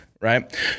Right